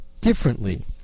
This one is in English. differently